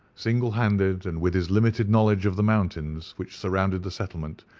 single-handed, and with his limited knowledge of the mountains which surrounded the settlement,